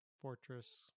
fortress